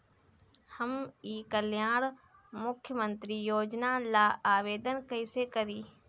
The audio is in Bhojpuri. हम ई कल्याण मुख्य्मंत्री योजना ला आवेदन कईसे करी?